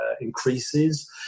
increases